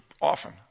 often